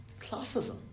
classism